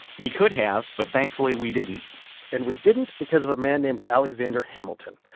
we could have. but thankfully, we didn't and we didn't because of a man named alexander hamilton.